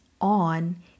on